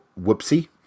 whoopsie